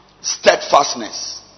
Steadfastness